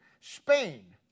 Spain